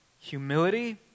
humility